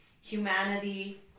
humanity